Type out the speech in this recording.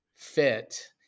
fit